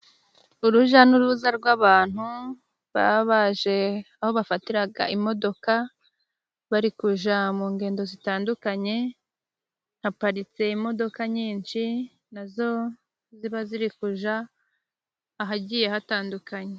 Urujya n'uruza rw'abantu baba baje aho bafatira imodoka bajya mu ngendo zitandukanye, haparitse imodoka nyinshi nazo ziba ziri kujya ahagiye hatandukanye.